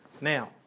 now